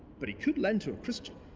but he couid iend to a christian.